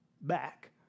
back